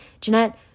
Jeanette